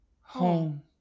Home